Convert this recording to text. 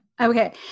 Okay